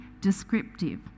descriptive